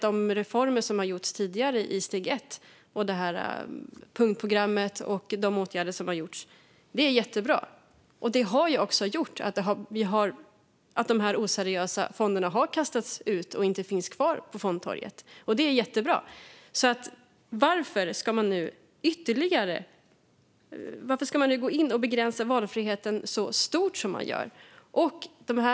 De reformer som har gjorts tidigare i steg ett, 30-punktsprogrammet och de olika åtgärder som har gjorts är jättebra. Det har också gjort att de oseriösa fonderna har kastats ut och inte finns kvar på fondtorget. Det är jättebra. Varför ska man nu ytterligare gå in och begränsa valfriheten så mycket som man gör?